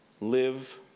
live